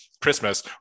Christmas